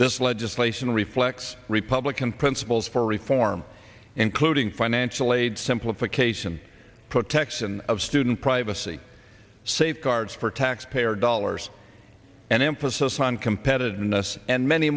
this legislation reflects republican principles for reform including financial aid simplification protection of student privacy safeguards for taxpayer dollars and emphasis on competitiveness and many